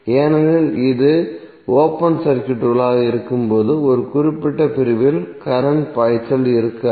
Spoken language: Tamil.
ஏனெனில் இது ஓபன் சர்க்யூட்களாக இருக்கும்போது இந்த குறிப்பிட்ட பிரிவில் கரண்ட் பாய்ச்சல் இருக்காது